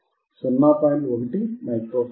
1 micro farad